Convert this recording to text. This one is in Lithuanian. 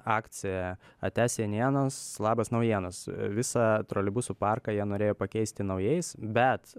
akcija ate senienos labas naujienos visą troleibusų parką jie norėjo pakeisti naujais bet